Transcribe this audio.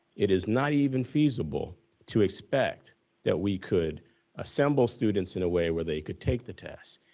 it is not even feasible to expect that we could assemble students in a way where they could take the test.